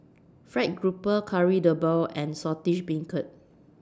Fried Grouper Kari Debal and Saltish Beancurd